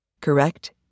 correct